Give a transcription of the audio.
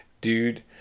dude